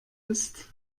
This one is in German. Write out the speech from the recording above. ist